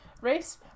race